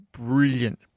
Brilliant